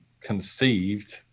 conceived